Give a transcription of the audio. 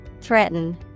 Threaten